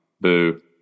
Boo